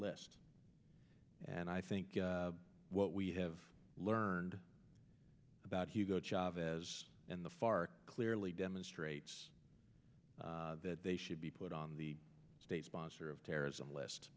list and i think what we have learned about hugo chavez and the far clearly demonstrates that they should be put on the state sponsor of terrorism list